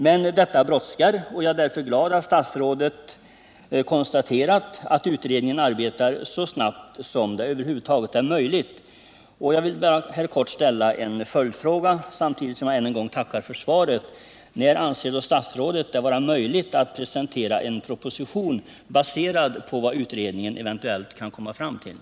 Men detta brådskar, och jag är därför glad att statsrådet har konstateråt att utredningen arbetar så snabbt som det över huvud taget är möjligt. Jag vill bara kort ställa en följdfråga, samtidigt som jag än en gång tackar för svaret: När anser statsrådet att det är möjligt att presentera en proposition baserad på vad utredningen eventuellt kan komma fram till?